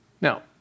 Now